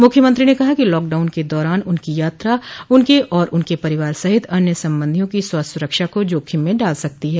मुख्यमंत्री ने कहा कि लॉकडाउन के दौरान उनकी यात्रा उनके और उनके परिवार सहित अन्य संबंधियों की स्वास्थ्य सुरक्षा को जोखिम में डाल सकती है